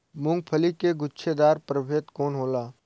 मूँगफली के गुछेदार प्रभेद कौन होला?